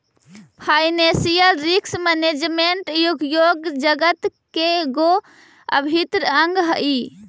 financial risk management उद्योग जगत के गो अभिन्न अंग हई